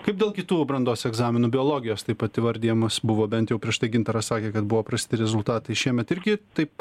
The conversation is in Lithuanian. kaip dėl kitų brandos egzaminų biologijos taip pat įvardijamas buvo bent jau prieš tai gintaras sakė kad buvo prasti rezultatai šiemet irgi taip